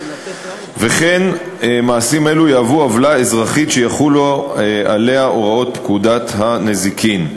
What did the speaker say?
וכן מעשים אלו יהוו עוולה אזרחית שיחולו עליה הוראות פקודת הנזיקין.